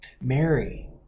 Mary